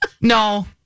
no